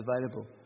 available